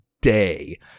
day